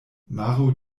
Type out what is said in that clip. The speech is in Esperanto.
maro